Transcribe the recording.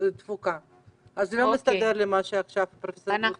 תפוקה אז לא מסתדר לי מה שעכשיו פרופ' גרוטו אמר.